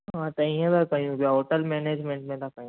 हा त ईअं था कयूं पिया होटल मेनेजमेंट में था कयूं